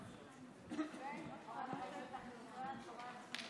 וחברת הכנסת המציעה ענבר